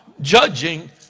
judging